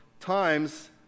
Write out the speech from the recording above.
times